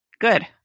Good